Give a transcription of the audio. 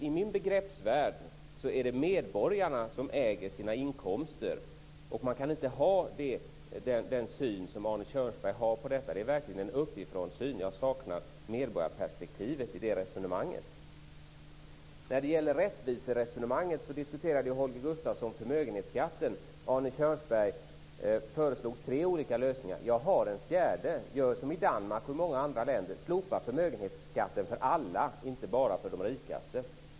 I min begreppsvärld är det medborgarna som äger sina inkomster, och man kan inte ha den syn som Arne Kjörnsberg har på detta. Det är verkligen en uppifrånsyn. Jag saknar medborgarperspektivet i det resonemanget. När det gäller rättviseresonmanget diskuterade Kjörnsberg föreslog tre olika lösningar. Jag har en fjärde. Gör som man gör i Danmark och i många andra länder, slopa förmögenhetsskatten för alla, inte bara för de rikaste.